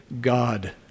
God